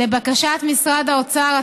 לבקשת משרד האוצר,